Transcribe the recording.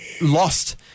lost